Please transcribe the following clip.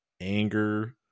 Anger